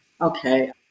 Okay